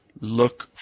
look